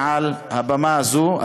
מעל הבמה הזאת,